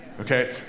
okay